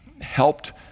helped